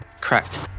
Correct